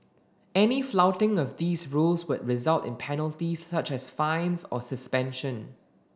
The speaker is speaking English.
any flouting of these rules would result in penalties such as fines or suspension